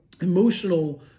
emotional